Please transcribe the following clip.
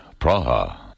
Praha